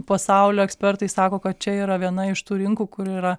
pasaulio ekspertai sako kad čia yra viena iš tų rinkų kur yra